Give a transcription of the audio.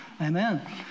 Amen